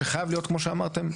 שחייב להיות כמו שאמרתם,